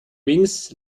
wings